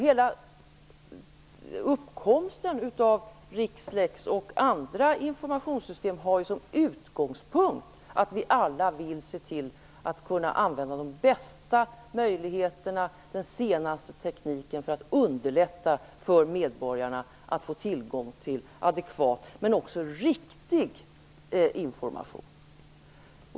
Hela uppkomsten av Rixlex och andra informationssystem har som utgångspunkt att vi alla vill se till att vi kan använda de bästa möjligheterna, den senaste tekniken, för att underlätta för medborgarna att få tillgång till adekvat men också riktig information.